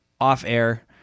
Off-air